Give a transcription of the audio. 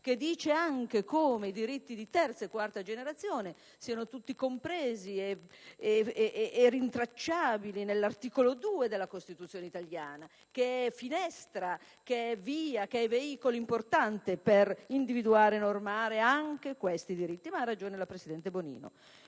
che afferma che i diritti di terza e quarta generazione siano tutti compresi e rintracciabili nell'articolo 2 della Costituzione italiana, che è finestra, via e veicolo importante per individuare e normare anche tali diritti. Ha ragione dunque la presidente Bonino: